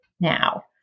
now